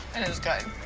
and it is good.